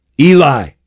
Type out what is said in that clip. Eli